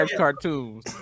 cartoons